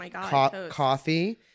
coffee